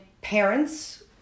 parents